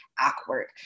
awkward